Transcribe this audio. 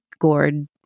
gourd